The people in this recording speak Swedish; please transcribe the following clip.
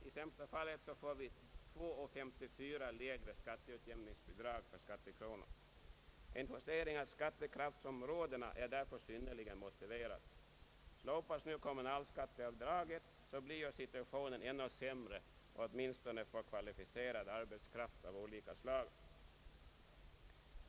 I sämsta fall får vi 2:54 kronor lägre skatteutjämningsbidrag per skattekrona. En justering av skattekraftsområdena är synnerligen motiverad. Slopas nu kommunalskatteavdraget, blir situationen ännu sämre, åtminstone för kvalificerad arbetskraft av olika slag.